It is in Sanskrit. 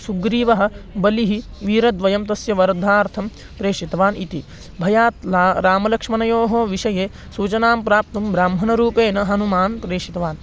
सुग्रीवः बलिः वीरद्वयं तस्य वधार्थं प्रेषितवान् इति भयात् ला रामलक्ष्मणयोः विषये सूचनां प्राप्तुं ब्राह्मणरूपेण हनूमन्तं प्रेषितवान्